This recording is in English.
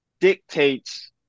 dictates